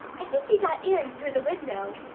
i think he got in through the window.